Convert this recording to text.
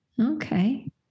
Okay